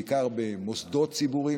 בעיקר במוסדות ציבוריים,